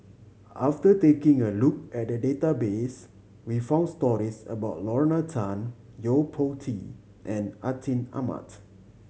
after taking a look at the database we found stories about Lorna Tan Yo Po Tee and Atin Amat